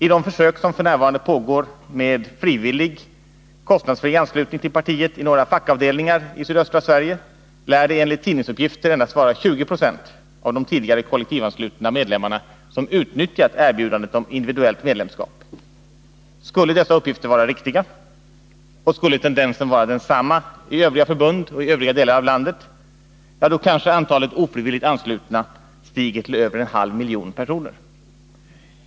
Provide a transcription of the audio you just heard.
I de försök som f. n. pågår med frivillig, kostnadsfri anslutning till partiet i några fackavdelningar i sydöstra Sverige lär det enligt tidningsuppgifter vara endast 20 96 av de tidigare kollektivanslutna medlemmarna som utnyttjat erbjudandet om individuellt medlem skap. Skulle dessa uppgifter vara riktiga och skulle tendensen vara Nr 29 densamma i övriga förbund och i övriga delar av landet, skulle kanske antalet ofrivilligt anslutna stiga till över en halv miljon personer.